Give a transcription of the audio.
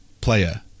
player